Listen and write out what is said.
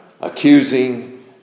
accusing